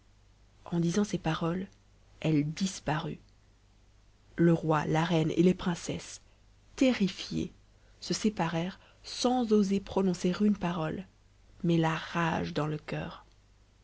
en disant ces paroles elle disparut le roi la reine et les princesses terrifiés se séparèrent sans oser prononcer une parole mais la rage dans le coeur